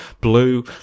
blue